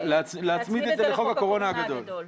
להצמיד את זה לחוק הקורונה הגדול.